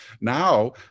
Now